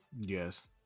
Yes